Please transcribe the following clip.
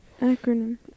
Acronym